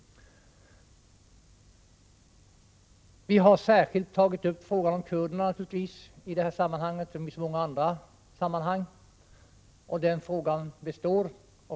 Vi har i det här sammanhanget, liksom i så många andra sammanhang, särskilt tagit upp frågan om kurderna. Den frågan kvarstår.